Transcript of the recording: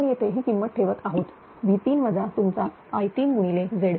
आपण येथे ही किंमत ठेवत आहोत V3 वजा तुमचा I 3 गुणिले Z3